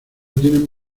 tienen